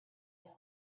had